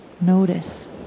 Notice